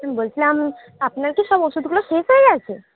বলছিলাম আপনার কি সব ওষুধগুলো শেষ হয়ে গেছে